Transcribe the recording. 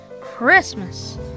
Christmas